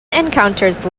encounters